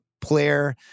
player